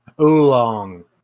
Oolong